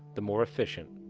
the more efficient.